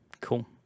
cool